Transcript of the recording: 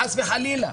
חס וחלילה.